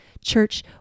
church